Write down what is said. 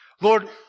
lord